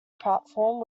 platform